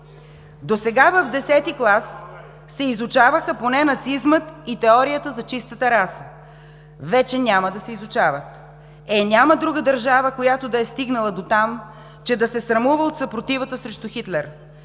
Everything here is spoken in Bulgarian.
Досега в Х клас се изучаваха поне нацизмът и теорията за чистата раса. Вече няма да се изучават. Е, няма друга държава, която да е стигнала дотам, че да се срамува от съпротивата срещу Хитлер.